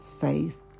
faith